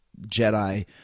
Jedi